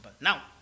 Now